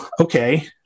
okay